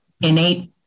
innate